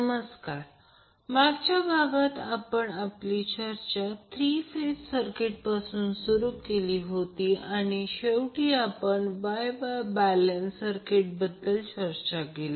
नमस्कार मागच्या भागात आपण आपली चर्चा 3 फेज सर्किट पासून सुरु केली होती आणि शेवटी आपण Y Y बॅलेन्स सर्किटबद्दल चर्चा केली